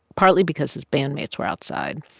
partly because his bandmates were outside.